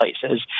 places